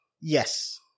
Yes